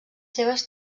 seves